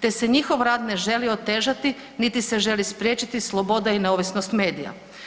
te se njihov rad ne želi otežati niti se želi spriječiti sloboda i neovisnost medija.